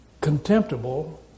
contemptible